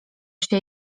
się